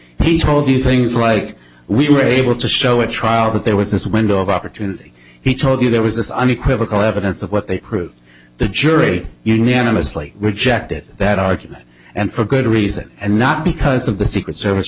he told you things like we were able to show a trial that there was this window of opportunity he told you there was this unequivocal evidence of what they proved the jury unanimously rejected that argument and for good reason and not because of the secret service